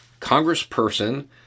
Congressperson